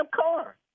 car